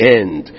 end